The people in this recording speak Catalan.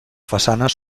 façanes